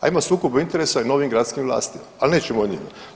A ima sukoba interesa u novim gradskim vlastima, ali nećemo o njima.